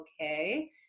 okay